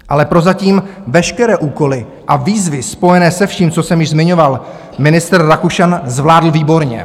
Ale prozatím veškeré úkoly a výzvy spojené se vším, co jsem již zmiňoval, ministr Rakušan zvládl výborně.